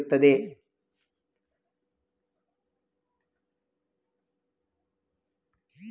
ದೋಣಿಯು ಸಣ್ಣ ಕಿರಿದಾದ ದೋಣಿಯಾಗಿದ್ದು ಬಿಲ್ಲು ಮತ್ತು ಸ್ಟರ್ನ್ ಎರಡರಲ್ಲೂ ಮೇಲ್ಭಾಗದಲ್ಲಿ ತೆರೆದಿರ್ತದೆ